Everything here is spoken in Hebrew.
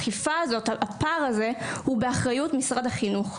והפער הזה באכיפה הוא באחריות משרד החינוך.